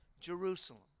Jerusalem